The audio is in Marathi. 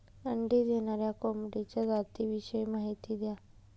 अंडी देणाऱ्या कोंबडीच्या जातिविषयी माहिती द्या